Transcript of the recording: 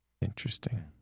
Interesting